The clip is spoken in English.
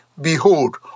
Behold